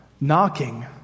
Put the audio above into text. knocking